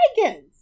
dragons